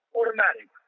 automatic